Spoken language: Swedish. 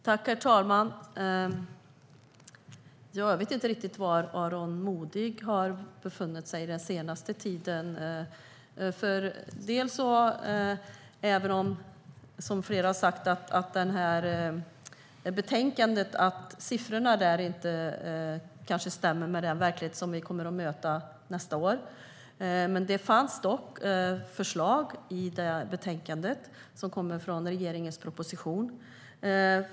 Herr talman! Jag vet inte riktigt var Aron Modig har befunnit sig den senaste tiden. Som flera har sagt kanske inte siffrorna i betänkandet stämmer med den verklighet som vi kommer att möta nästa år, men det finns dock förslag i det betänkandet som kommer från regeringens proposition.